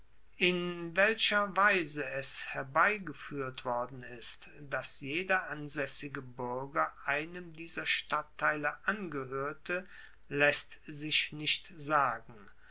in welcher weise es herbeigefuehrt worden ist dass jeder ansaessige buerger einem dieser stadtteile angehoerte laesst sich nicht sagen